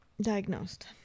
diagnosed